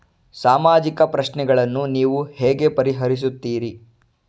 ಸಾಮಾಜಿಕ ಪ್ರಶ್ನೆಗಳನ್ನು ನೀವು ಹೇಗೆ ಪರಿಹರಿಸುತ್ತೀರಿ?